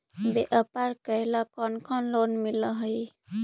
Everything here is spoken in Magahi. व्यापार करेला कौन कौन लोन मिल हइ?